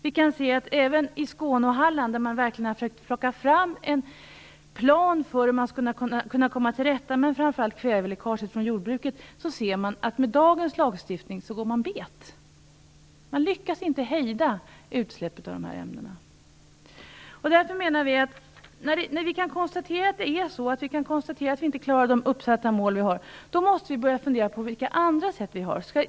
Vi kan se att även i Skåne och Halland, där man verkligen har försökt plocka fram en plan för hur man skulle kunna komma till rätta med framför allt kväveläckaget från jordbruket, går man bet med dagens lagstiftning. Man lyckas inte hejda utsläppet av de här ämnena. När vi kan konstatera att vi inte kan klara de mål vi har satt upp måste vi fundera på vilka andra sätt vi har att agera.